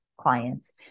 clients